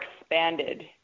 expanded